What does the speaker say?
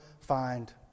find